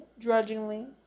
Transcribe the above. drudgingly